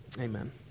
amen